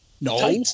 No